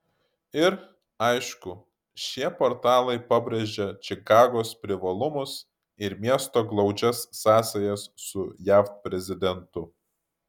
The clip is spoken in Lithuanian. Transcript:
ir aišku šie portalai pabrėžia čikagos privalumus ir miesto glaudžias sąsajas su jav prezidentu